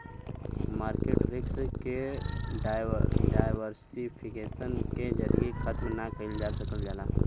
market risk के diversification के जरिये खत्म ना कइल जा सकल जाला